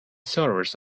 servers